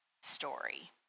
story